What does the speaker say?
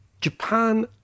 Japan